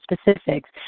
specifics